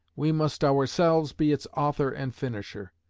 we must ourselves be its author and finisher.